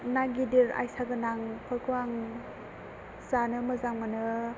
ना गिदिर आइसा गोनांफोरखौ आं जानो मोजां मोनो